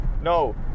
No